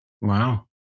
Wow